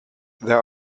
there